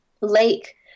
lake